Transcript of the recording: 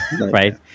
right